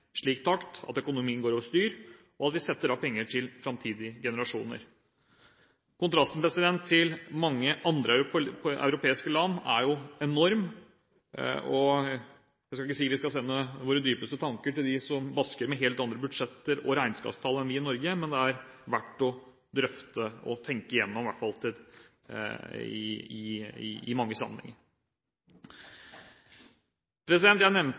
slik takt at økonomien går over styr, men at vi setter av penger til fremtidige generasjoner. Kontrasten til mange andre europeiske land er enorm. Jeg skal ikke si vi skal sende våre dypeste tanker til dem som basker med helt andre budsjetter og regnskapstall enn vi gjør i Norge, men det er i hvert fall verdt å drøfte og tenke gjennom i mange sammenhenger. Jeg nevnte